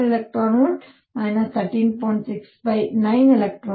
64 eV 13